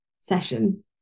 session